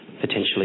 potentially